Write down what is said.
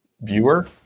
viewer